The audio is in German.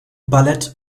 ballett